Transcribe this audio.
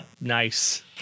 Nice